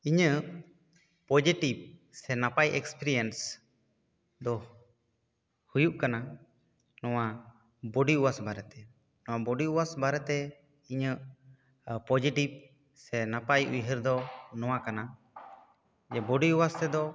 ᱤᱧᱟᱹᱜ ᱯᱚᱡᱮᱴᱤᱵᱽ ᱥᱮ ᱱᱟᱯᱟᱭ ᱮᱠᱥᱯᱮᱨᱤᱭᱮᱱᱥ ᱫᱚ ᱦᱩᱭᱩᱜ ᱠᱟᱱᱟ ᱱᱚᱣᱟ ᱵᱚᱰᱤ ᱣᱟᱥ ᱵᱟᱨᱮ ᱛᱮ ᱱᱚᱣᱟ ᱵᱚᱰᱤ ᱣᱟᱥ ᱵᱟᱨᱮ ᱛᱮ ᱤᱧᱟᱹᱜ ᱯᱚᱡᱮᱴᱤᱵᱽ ᱥᱮ ᱱᱟᱯᱟᱭ ᱩᱭᱦᱟᱹᱨ ᱫᱚ ᱱᱚᱣᱟ ᱠᱟᱱᱟ ᱡᱮ ᱵᱚᱰᱤ ᱣᱟᱥ ᱛᱮᱫᱚ